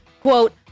Quote